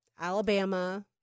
Alabama